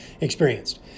experienced